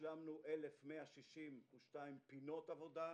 השלמנו 162 פינות עבודה,